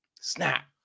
snap